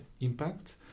impact